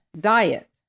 diet